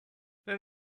then